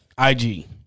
IG